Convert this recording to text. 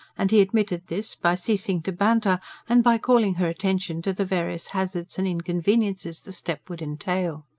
and he admitted this, by ceasing to banter and by calling her attention to the various hazards and inconveniences the step would entail.